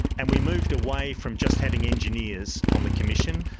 and we moved away from just having engineers on the commission,